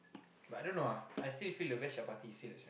but I don't know ah I still feel the best chapati is s~